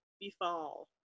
befall